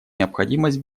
необходимость